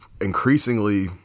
increasingly